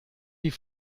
die